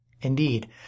Indeed